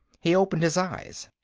he opened his eyes.